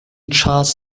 charles